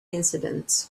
incidents